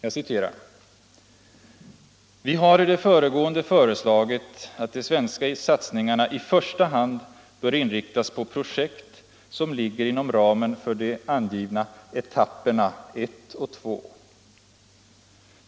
Jag citerar ur centermotionen: ”Vi har i det föregående föreslagit att de svenska satsningarna i första hand bör inriktas på projekt som ligger inom ramen för de angivna etapperna ett och två.